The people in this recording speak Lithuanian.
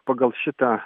pagal šitą